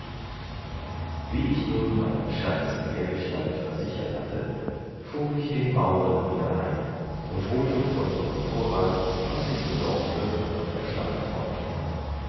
wie ich nun meinen schatz dergestalt versichert hatte fuhr ich den bauren wieder ein und holte von ihrem vorrat was ich bedorfte und erschnappen konnte